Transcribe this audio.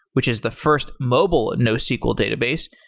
which is the first mobile nosql database,